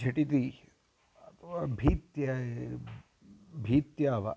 झटिति अथवा भीत्या भीत्या वा